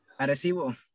Arecibo